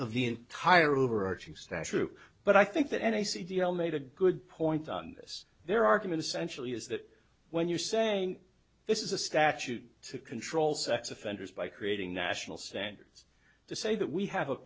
of the entire overarching statue but i think that and i see deal made a good point on this their argument essentially is that when you're saying this is a statute to control sex offenders by creating national standards to say that we have a